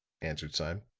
answered sime.